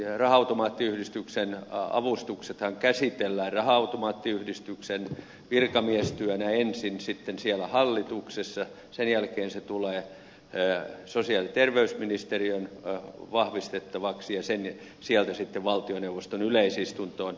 raha automaattiyhdistyksen avustuksethan käsitellään raha automaattiyhdistyksen virkamiestyönä ensin sitten siellä hallituksessa sen jälkeen se tulee sosiaali ja terveysministeriön vahvistettavaksi ja sieltä sitten valtioneuvoston yleisistuntoon